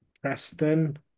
Preston